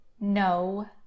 No